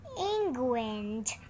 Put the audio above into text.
england